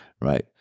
right